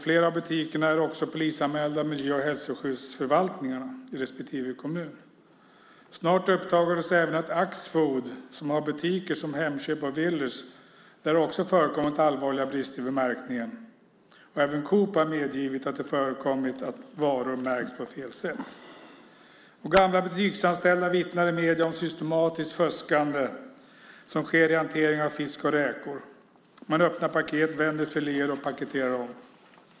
Flera av butikerna är också polisanmälda av miljö och hälsoskyddsförvaltningarna i respektive kommun. Snart uppdagades att det även hos Axfood, som till exempel har butikskedjorna Hemköp och Willys, har förekommit allvarliga brister vid märkningen. Även Coop har medgett att det har förekommit att varor märkts på fel sätt. Butiksanställda vittnar i medierna om ett systematiskt fuskande i hanteringen av fisk och räkor. Man öppnar paket, vänder filéer och paketerar om.